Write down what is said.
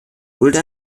wurde